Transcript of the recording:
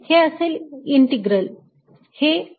हे असेल इंटिग्रल